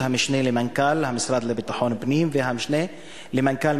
המשנה למנכ"ל המשרד לביטחון פנים והמשנה למנכ"ל